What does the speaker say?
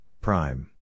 prime